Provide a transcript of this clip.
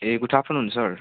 A good afternoon sir